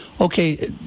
okay